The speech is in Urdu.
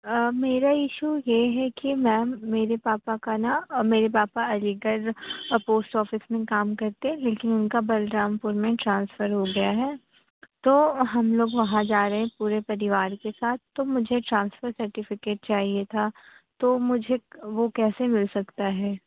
آ میرا اشو یہ ہے کہ میم میرے پاپا کا نا میرے پاپا علی گڑھ پوسٹ آفس میں کام کرتے ہیں لیکن اُن کا بلرام پور میں ٹرانسفر ہو گیا ہے تو ہم لوگ وہاں جا رہے ہیں پورے پریوار کے ساتھ تو مجھے ٹرانسفر سرٹیفکیٹ چاہیے تھا تو مجھے وہ کیسے مل سکتا ہے